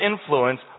influence